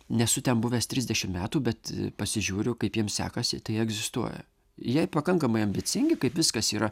nesu ten buvęs trisdešimt metų bet pasižiūriu kaip jiems sekasi tai egzistuoja jie pakankamai ambicingi kaip viskas yra